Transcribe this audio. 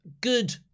Good